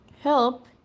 help